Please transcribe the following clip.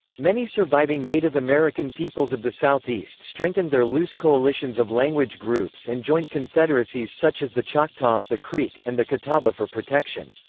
many surviving native american peoples of the southeast strengthened their loose coalitions of language groups and joined confederacies such as the choctaw, the creek, and the catawba for protection.